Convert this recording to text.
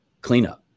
cleanup